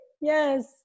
Yes